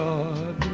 God